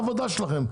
בזה